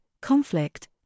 conflict